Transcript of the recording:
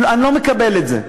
אני לא מקבל את זה.